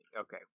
Okay